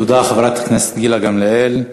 תודה, חברת הכנסת גילה גמליאל.